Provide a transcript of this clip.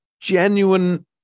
genuine